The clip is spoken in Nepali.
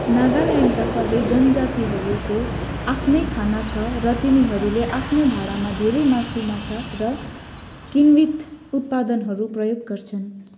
नागाल्यान्डका सबै जनजातिहरूको आफ्नै खाना छ र तिनीहरूले आफ्नो भाँडामा धेरै मासु माछा र किन्वित उत्पादनहरू प्रयोग गर्छन्